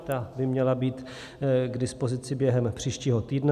Ta by měla být k dispozici během příštího týdne.